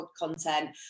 content